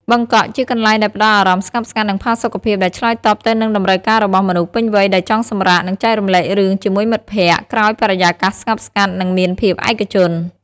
បឹកកក់ ជាកន្លែងដែលផ្តល់អារម្មណ៍ស្ងប់ស្ងាត់ និងផាសុខភាព ដែលឆ្លើយតបទៅនឹងតម្រូវការរបស់មនុស្សពេញវ័យដែលចង់សម្រាក និងចែករំលែករឿងជាមួយមិត្តភក្តិ ក្រោមបរិយាកាសស្ងប់ស្ងាត់ និងមានភាពឯកជន។